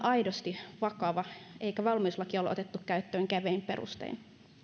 aidosti vakava eikä valmiuslakia ole otettu käyttöön kevein perustein